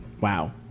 Wow